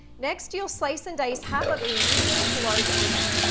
next, you'll slice and dice half of a medium to large onion.